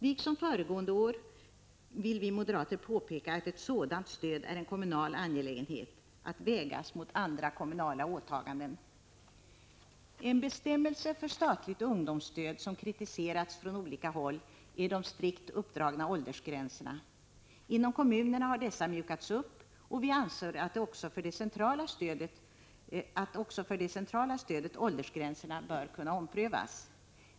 Liksom föregående år vill vi moderater påpeka att ett sådant stöd är en kommunal angelägenhet, att vägas mot andra kommunala åtaganden. En bestämmelse för statligt ungdomsstöd som kritiserats från olika håll gäller de strikt uppdragna åldersgränserna. Inom kommunerna har dessa mjukats upp, och vi anser att också åldersgränserna för det centrala stödet bör kunna omprövas.